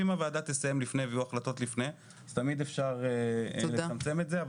אם הוועדה תסיים לפני ויהיו החלטות לפני אז תמיד אפשר לצמצם את זה,